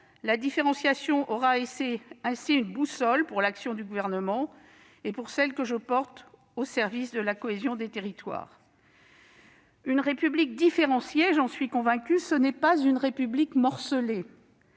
la différenciation aura ainsi été une boussole pour l'action du Gouvernement et pour celle que je mène au service de la cohésion des territoires. Une République différenciée, j'en suis convaincue, ce n'est pas une République morcelée.